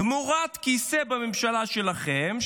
תמורת כיסא בממשלה שלכם,